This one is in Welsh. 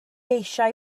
eisiau